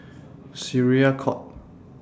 Syariah Court